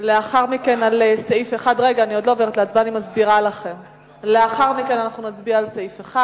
לאחר מכן על סעיף 1, לאחר מכן נצביע על סעיף 2